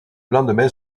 lendemain